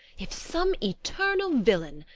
if some eternal villain,